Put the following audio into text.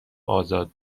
آزاد